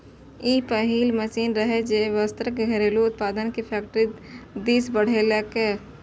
ई पहिल मशीन रहै, जे वस्त्रक घरेलू उत्पादन कें फैक्टरी दिस बढ़ेलकै